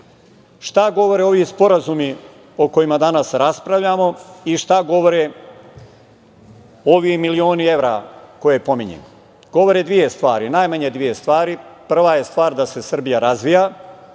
govore ovi sporazumi o kojima danas raspravljamo i šta govore ovi milioni evra koje pominjem? Govore dve stvari, najmanje dve stvari. Prva stvar je da se Srbija razvija,